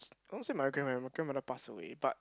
I want to say my grandmother my grandmother passed away but